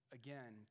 again